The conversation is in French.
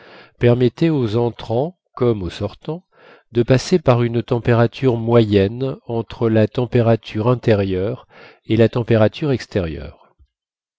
permettait aux entrants comme aux sortants de passer par une température moyenne entre la température intérieure et la température extérieure